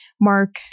Mark